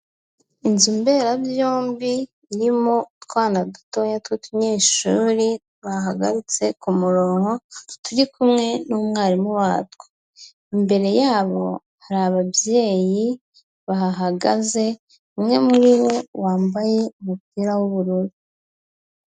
Inzu mberabyombi irimo utwana dutoya tw'utunyeshuri bahagaritse ku murongo turi kumwe n'umwarimu watwo imbere yabo hari ababyeyi bahahagaze umwe muri bo wambaye umupira w'ubururu.